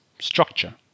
structure